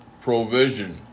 provision